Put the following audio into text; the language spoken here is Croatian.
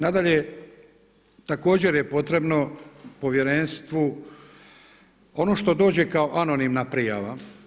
Nadalje, također je potrebno povjerenstvu ono što dođe kao anonimna prijava.